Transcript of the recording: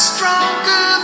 Stronger